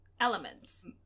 elements